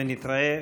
ונתראה,